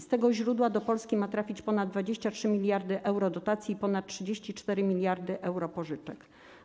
Z tego źródła do Polski ma trafić ponad 23 mld euro dotacji i ponad 34 mld euro pożyczek.